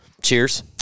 Cheers